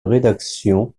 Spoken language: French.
rédaction